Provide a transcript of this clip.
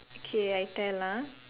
okay I tell ah